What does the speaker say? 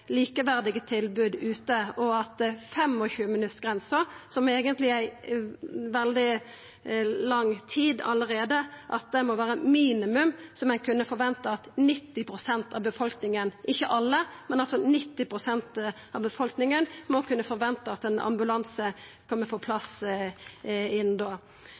likeverdige tilbod der ute. 25-minuttsgrensa, noko som eigentleg allereie er veldig lang tid, må vera eit minimum som ein må kunna forventa for 90 pst. av befolkninga – ikkje alle, men altså 90 pst. må kunna forventa at ein ambulanse kjem på